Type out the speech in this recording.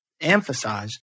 emphasize